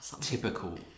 Typical